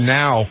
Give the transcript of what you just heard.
now